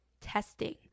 testing